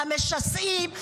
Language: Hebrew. במשסעים,